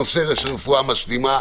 נושא רפואה משלימה.